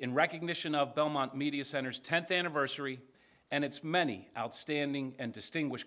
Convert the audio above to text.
in recognition of belmont media centers tenth anniversary and its many outstanding and distinguish